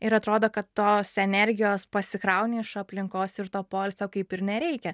ir atrodo kad tos energijos pasikrauni iš aplinkos ir to poilsio kaip ir nereikia